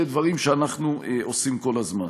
ואלה דברים שאנחנו עושים כל הזמן.